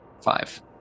Five